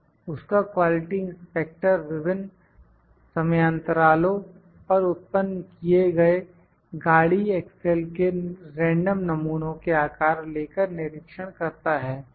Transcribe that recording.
उसका quality inspector विभिन्न समयांतरालो पर उत्पन्न किए गए गाड़ी एक्सेल के रेंडम नमूनों के आकार लेकर निरीक्षण करता है